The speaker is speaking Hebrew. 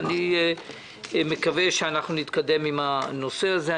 אני מקווה שנתקדם בנושא הזה.